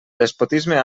despotisme